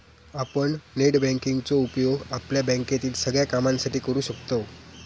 आपण net banking चो उपयोग आपल्या बँकेतील सगळ्या कामांसाठी करू शकतव